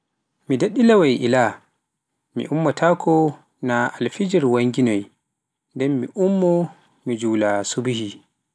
mi daɗɗilaawai ila, mi ummata ko na alfijir wanngoy nden mi ummo mi jula subhi.